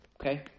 Okay